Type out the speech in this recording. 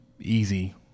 easy